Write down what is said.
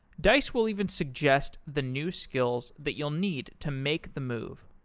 dice will even suggest the new skills that you'll need to make the move.